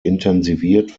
intensiviert